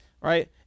Right